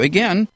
Again